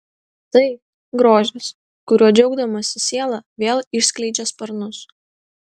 tai grožis kuriuo džiaugdamasi siela vėl išskleidžia sparnus